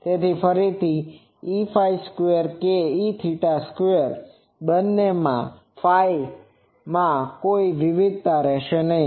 તેથી ફરીથી Eφ² કે Eθ² બંનેમાં φમાં કોઈ વિવિધતા રહેશે નહિ